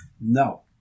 No